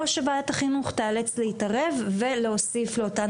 או שוועדת החינוך תיאלץ להתערב ולהוסיף לאותן